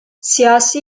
siyasi